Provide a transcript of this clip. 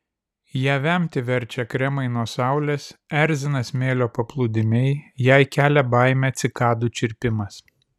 ją vemti verčia kremai nuo saulės erzina smėlio paplūdimiai jai kelia baimę cikadų čirpimas